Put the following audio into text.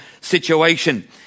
situation